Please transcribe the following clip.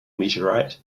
meteorite